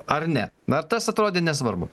ar ne na tas atrodė nesvarbu